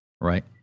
Right